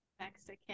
mexican